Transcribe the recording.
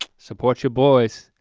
support your boys,